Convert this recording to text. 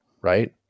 right